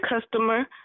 customer